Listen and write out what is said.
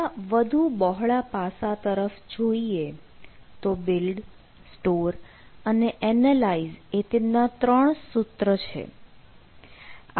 થોડા વધુ બહોળા પાસા તરફ જોઈએ તો બિલ્ડ સ્ટોર અને એનાલાઇઝ એ તેમના ત્રણ સૂત્ર છે